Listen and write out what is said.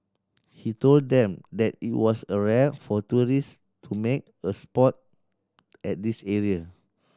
he told them that it was a rare for tourist to make a sport at this area